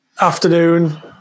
afternoon